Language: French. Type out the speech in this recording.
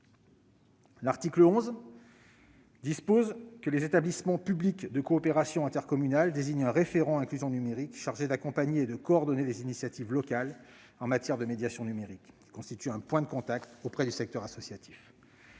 L'article 11 dispose que les établissements publics de coopération intercommunale désignent un référent « inclusion numérique » chargé d'accompagner et de coordonner les initiatives locales en matière de médiation numérique. Ce référent constituera un point de contact pour le secteur associatif.